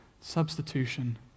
substitution